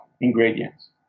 Ingredients